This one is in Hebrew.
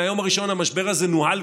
מהיום הראשון המשבר הזה נוהל,